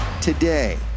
today